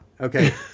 Okay